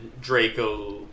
Draco